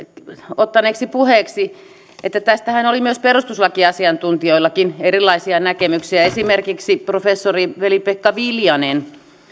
ottanut puheeksi että tästähän oli myös perustuslakiasiantuntijoillakin erilaisia näkemyksiä esimerkiksi professori veli pekka viljanenhan